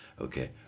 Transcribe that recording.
Okay